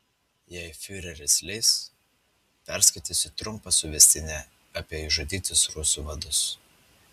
jei fiureris leis perskaitysiu trumpą suvestinę apie išžudytus rusų vadus